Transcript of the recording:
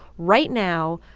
right now,